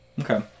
Okay